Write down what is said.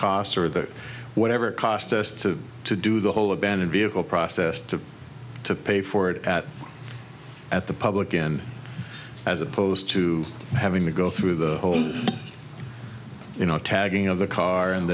cost of the whatever it cost us to to do the whole abandon vehicle process to to pay for it at at the public in as opposed to having to go through the whole you know tagging of the car and